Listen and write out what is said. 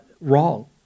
wrong